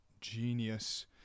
genius